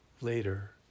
Later